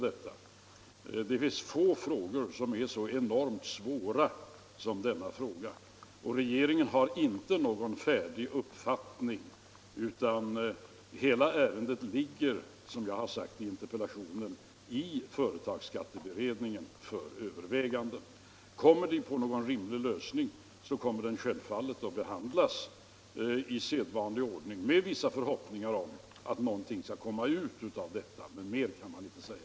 Det finns få frågor som är så enormt svåra som denna, och regeringen har inte någon färdig uppfattning utan hela ärendet ligger hos företagsskatteberedningen för överväganden. Kommer utredningen på någon rimlig lösning så blir den självfallet föremål för behandling i sedvanlig ordning med förhoppning om att det skall ge något resultat. Mer än så kan jag inte säga.